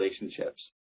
relationships